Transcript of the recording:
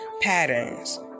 patterns